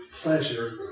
pleasure